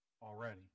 already